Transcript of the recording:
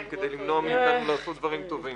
כדי למנוע מאיתנו לעשות דברים טובים.